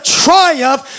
triumph